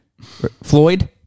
Floyd